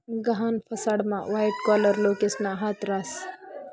गहाण फसाडामा white collar लोकेसना हात रास